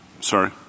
sorry